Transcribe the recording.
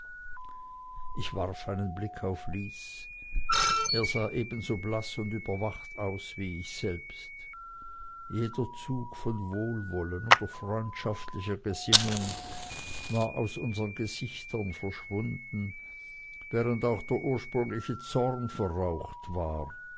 ich warf einen blick auf lys er sah ebenso blaß und überwacht aus wie ich selbst jeder zug von wohlwollen oder freundschaftlicher gesinnung war aus unsern gesichtern verschwunden während auch der ursprüngliche zorn verraucht war